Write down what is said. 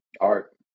art